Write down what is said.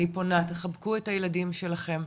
אני פונה, תחבקו את הילדים שלכם,